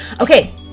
Okay